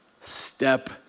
step